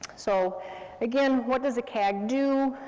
so again, what does a cag do?